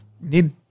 need